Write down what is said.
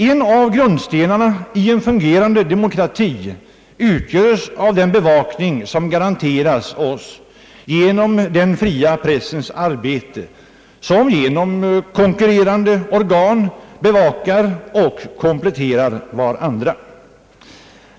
En av grundstenarna i en fungerande demokrati utgöres av den bevakning som garanteras oss genom den fria pressens arbete. Konkurrerande organ bevakar och kontrollerar varandra.